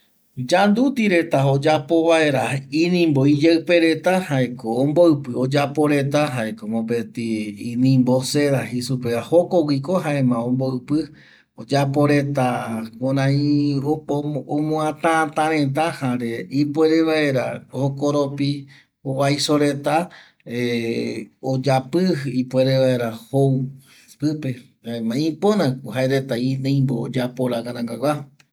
Yanduti reta oyapo vaera inimbo iyeƚpe reta jaeko omboƚpƚ oyapo reta jaeko mopeti inimbo cera jei supeva jokoguiko jaema omboƚpƚ oyapo reta kurai omuatäta reta jare ipuere vaera jokoropi jovaiso reta oyapƚ ipuere vaera jou pƚpe jaema ipörako jaereta inimbo oyapo ranga rangagua